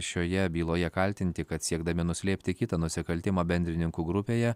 šioje byloje kaltinti kad siekdami nuslėpti kitą nusikaltimą bendrininkų grupėje